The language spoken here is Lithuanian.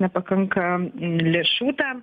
nepakanka lėšų tam